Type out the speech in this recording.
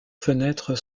fenêtres